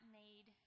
made